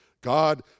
God